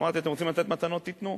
אמרתי: אתם רוצים לתת מתנות, תיתנו,